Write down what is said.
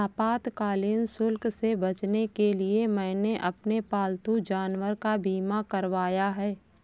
आपातकालीन शुल्क से बचने के लिए मैंने अपने पालतू जानवर का बीमा करवाया है